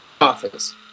office